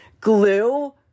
glue